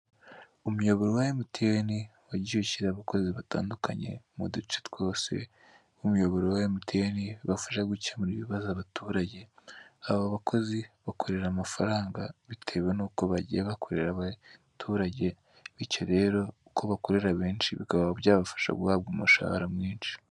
Umuyoboro wa emutiyeni wagiye ushyira abakozi batandukanye mu duce twose, nk'umuyoboro wa emutiyeni, ubufasha gukemura ibibazo abaturage, abo bakozi bakorera amafaranga bitewe n'uko bagiye bakorera abaturage, bityo rero uko bakorera benshi bikaba byabafasha guhabwa umushahara mwinshi.